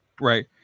Right